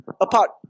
apart